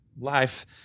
life